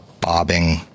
Bobbing